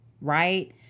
right